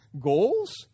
goals